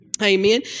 amen